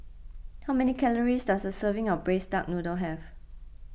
how many calories does a serving of Braised Duck Noodle have